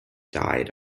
died